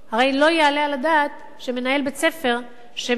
הרי לא יעלה על הדעת שמנהל בית-ספר שמכין